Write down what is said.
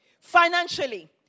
financially